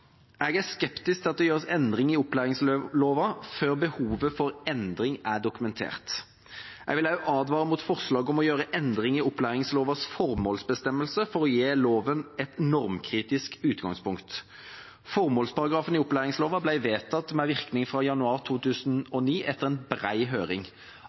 Jeg er skeptisk til at det gjøres endring i opplæringsloven før behovet for endring er dokumentert. Jeg vil også advare mot forslaget om å gjøre endring i opplæringslovens formålsbestemmelse for å gi loven et normkritisk utgangspunkt. Formålsparagrafen i opplæringsloven ble vedtatt med virkning fra januar 2009 etter en bred høring.